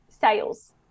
sales